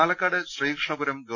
പാലക്കാട് ശ്രീകൃഷ്ണപുരം ഗവ